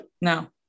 No